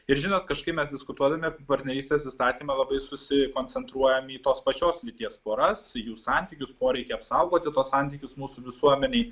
ir žinot kažkaip mes diskutuodami apie partnerystės įstatymą labai susikoncentruojam į tos pačios lyties poras jų santykius poreikį apsaugoti tuos santykius mūsų visuomenėj